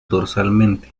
dorsalmente